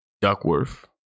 Duckworth